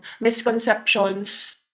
misconceptions